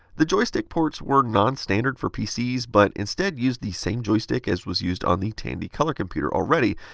the joystick ports were non-standard for pcs, but instead used the same joystick as was used on the tandy color computer already,